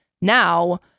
now